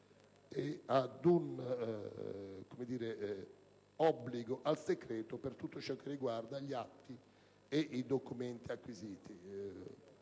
di rispetto del segreto per tutto ciò che riguarda gli atti e i documenti acquisiti,